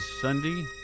Sunday